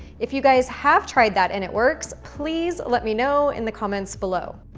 if you guys have tried that and it works, please let me know in the comments below.